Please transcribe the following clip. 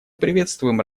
приветствуем